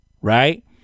Right